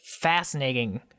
fascinating